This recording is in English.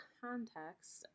context